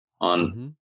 on